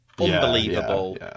unbelievable